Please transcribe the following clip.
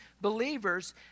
believers